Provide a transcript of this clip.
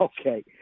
okay